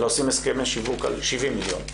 אלא עושים הסכמי שיווק על 70 מיליון,